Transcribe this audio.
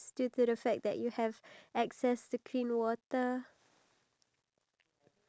maybe that that thing wouldn't be fair to some people but